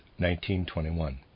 1921